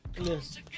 Yes